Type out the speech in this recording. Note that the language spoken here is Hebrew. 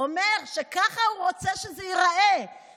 שאומר שככה הוא רוצה שזה ייראה,